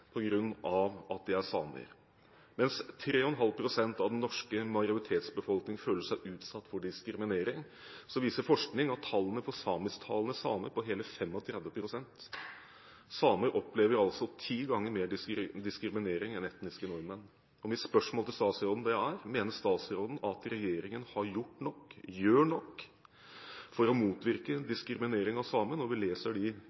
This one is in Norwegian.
av at de er samer. Mens 3,5 pst. av den norske majoritetsbefolkningen føler seg utsatt for diskriminering, viser forskning at tallene for samisktalende samer er på hele 35 pst. Samer opplever altså ti ganger mer diskriminering enn etniske nordmenn. Mitt spørsmål til statsråden er: Mener statsråden at regjeringen har gjort nok og gjør nok for å motvirke diskriminering av samer, når vi leser de